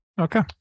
Okay